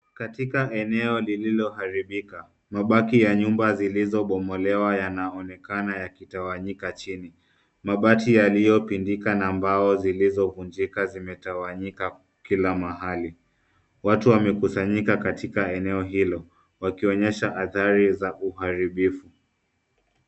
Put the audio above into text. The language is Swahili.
Katika eneo lililoharibika, mabaki ya nyumba zilizobomolewa yanaonekana, yakitawanyika chini. Mabati yaliyopindika na mbao zilizovunjika ,zimetawanyika kila mahali. Watu wamekusanyika katika eneo hilo. Wakionyesha adhari za uharibifu.